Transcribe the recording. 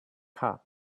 cup